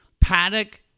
Paddock